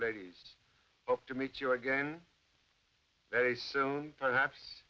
ladies hope to meet you again very soon perhaps